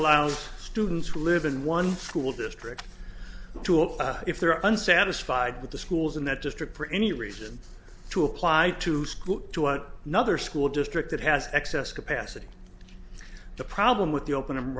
allows students who live in one school district to offer if they're un satisfied with the schools in that district for any reason to apply to scoot to what another school district that has excess capacity the problem with the open